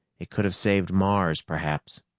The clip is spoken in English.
it could have saved mars, perhaps.